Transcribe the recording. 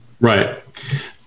Right